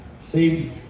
See